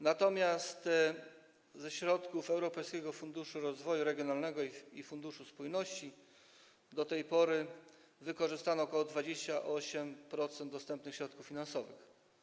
Natomiast ze środków Europejskiego Funduszu Rozwoju Regionalnego i Funduszu Spójności do tej pory wykorzystano ok. 28% dostępnych środków finansowych.